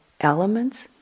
elements